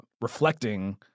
reflecting